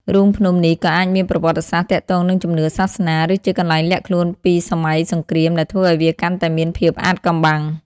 រូងភ្នំនេះក៏អាចមានប្រវត្តិសាស្ត្រទាក់ទងនឹងជំនឿសាសនា ឬជាកន្លែងលាក់ខ្លួនពីសម័យសង្គ្រាមដែលធ្វើឱ្យវាកាន់តែមានភាពអាថ៌កំបាំង។